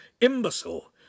Imbecile